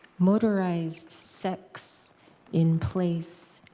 motorized sex in place,